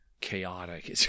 chaotic